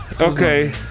Okay